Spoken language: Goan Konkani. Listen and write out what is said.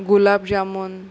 गुलाब जामून